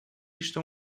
estou